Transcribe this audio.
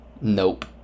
Nope